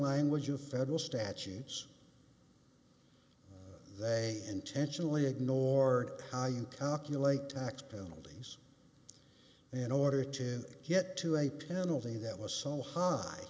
language of federal statutes they intentionally ignore how you calculate tax penalties in order to get to a penalty that was so high